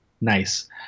nice